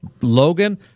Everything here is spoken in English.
Logan